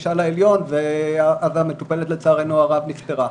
הגשה לעליון, והמטופלת לצערנו הרב נפטרה.